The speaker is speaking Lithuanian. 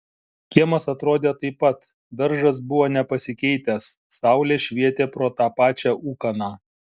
kiemas atrodė taip pat daržas buvo nepasikeitęs saulė švietė pro tą pačią ūkaną